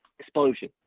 explosion